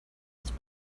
was